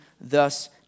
thus